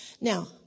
Now